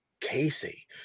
Casey